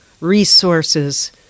resources